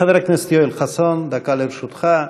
חבר הכנסת יואל חסון, דקה לרשותך.